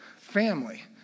family